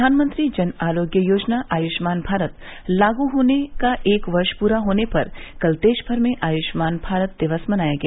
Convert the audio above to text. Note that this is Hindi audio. प्रधानमंत्री जन आरोग्य योजना आयष्मान भारत लागू होने का एक वर्ष पूरा होने पर कल देशभर में आय्मान भारत दिवस मनाया गया